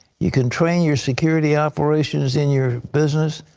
you can train your security operations in your business.